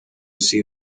see